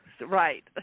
right